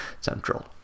central